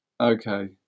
Okay